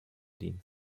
dienen